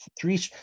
Three